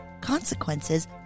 consequences